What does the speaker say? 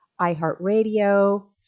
iHeartRadio